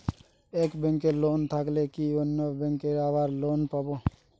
এক ব্যাঙ্কে লোন থাকলে কি অন্য ব্যাঙ্কে আবার লোন পাব?